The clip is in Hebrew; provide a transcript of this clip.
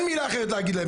אין מילה אחרת להגיד עליהם.